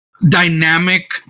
dynamic